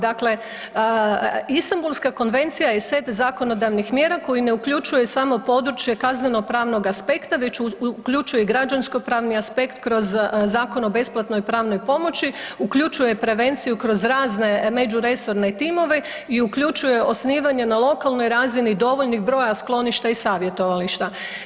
Dakle, Istanbulska konvencija je set zakonodavnih mjera koje ne uključuje samo područje kaznenopravnog aspekta već uključuje i građanskopravni aspekt kroz zakon o besplatnoj pravnoj pomoći, uključuje prevenciju kroz razne međuresorne timove i uključuje osnivanje na lokalnoj razini dovoljnih broja skloništa i savjetovališta.